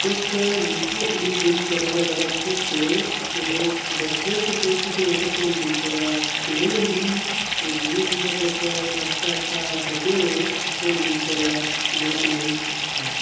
तुस मिकी अपनी दिनचर्या दे बारे च दस्सो के बचपन च तुस हे ते थुआढ़ी दिनचर्या कनेही होंदी ही ते जि'यां जि'यां तुस आहिस्ता आहिस्ता बड्डे होए थुआढ़ी दिनचर्या कनेही कनेही ऐ